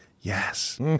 yes